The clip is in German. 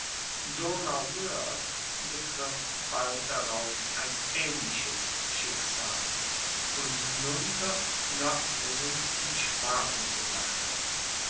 betrifft bald darauf ein ähnliches schicksal und nun wird nördlingen in schwaben belagert